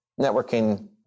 networking